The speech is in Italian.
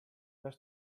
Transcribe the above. per